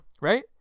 Right